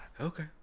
Okay